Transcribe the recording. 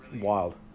wild